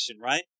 right